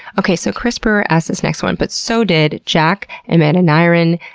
okay so chris brewer asked this next one, but so did jack, amanda nyren,